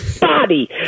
body